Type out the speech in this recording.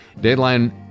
Deadline